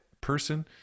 person